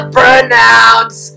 pronounce